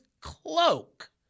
cloak